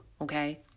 okay